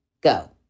go